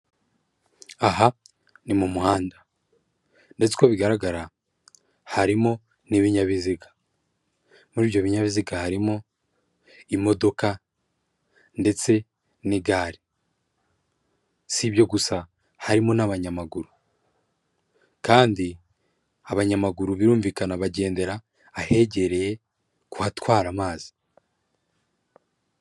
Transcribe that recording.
Aha ni mu muhanda ndetse Uko bigaragara harimo n'ibinyabiziga, muri ibyo binyabiziga harimo imodoka ndetse n'igare. Sibyo ibyo gusa harimo n'abanyamaguru kandi abanyamaguru birumvikana bagendera ahegereye ku hatwara amazi.